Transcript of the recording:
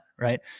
right